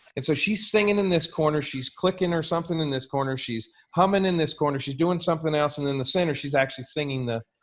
so she is singing in this corner, she is clicking or something in this corner, she is humming in this corner, she is doing something else and in the center, she is actually singing the,